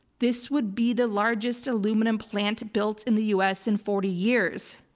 this would be the largest aluminum plant built in the u s in forty years.